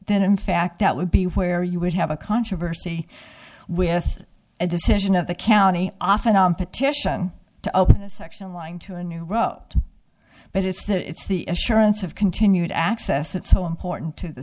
that in fact that would be where you would have a controversy with a decision of the county often on petition to open a section lying to a new row but it's the it's the assurance of continued access that so important to the